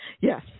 Yes